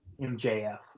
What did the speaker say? MJF